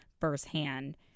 firsthand